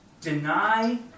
deny